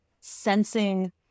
sensing